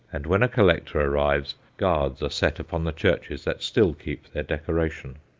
and when a collector arrives guards are set upon the churches that still keep their decoration.